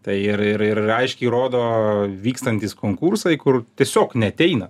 tai ir ir ir raiškiai rodo vykstantys konkursai kur tiesiog neateina